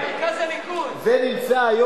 זה מרכז הליכוד, אתה מתבלבל.